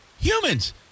humans